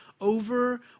over